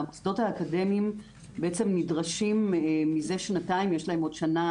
והמוסדות האקדמיים בעצם נדרשים מזה שנתיים יש להם עוד שנה